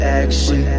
action